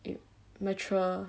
it mature